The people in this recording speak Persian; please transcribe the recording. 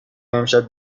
امشب